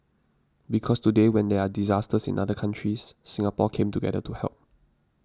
because today when there are disasters in other countries Singapore came together to help